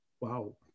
wow